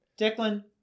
Declan